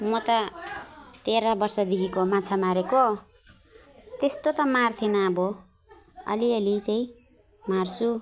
म त तेह्र वर्षदेखिको माछा मारेको त्यस्तो त मार्थिनँ अब अलिअलि चाहिँ मार्छु